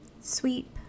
sweep